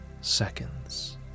seconds